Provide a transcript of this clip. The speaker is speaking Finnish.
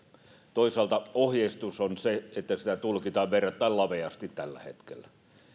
toisaalta ohjeistus on se että sitä tulkitaan verrattain laveasti tällä hetkellä